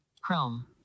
Chrome